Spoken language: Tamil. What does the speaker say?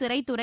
சிறைத் துறை